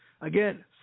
Again